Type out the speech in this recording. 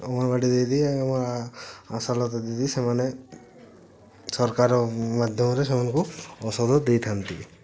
ଅଙ୍ଗନବାଡ଼ି ଦିଦି ଆଉ ଆ ଆଶାଲତା ଦିଦି ସେମାନେ ସରକାର ମାଧ୍ୟମରେ ସେମାନଙ୍କୁ ଔଷଧ ଦେଇଥାନ୍ତି